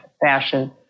fashion